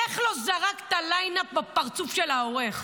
איך לא זרקת את הליין-אפ בפרצוף של העורך?